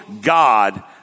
God